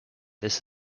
this